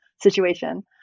situation